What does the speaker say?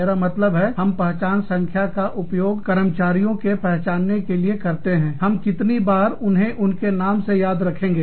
मेरा मतलब है हम पहचान संख्या का उपयोग कर्मचारियों के पहचान के लिए करते हैं हम कितनी बार उन्हें उनके नाम से याद रखेंगे